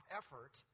effort